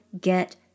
get